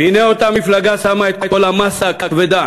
והנה אותה מפלגה שמה את כל המאסה הכבדה